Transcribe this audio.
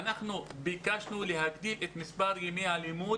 ביקשנו להגדיל את מספר ימי הלימוד